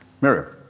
miriam